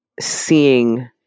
seeing